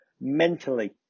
mentally